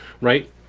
right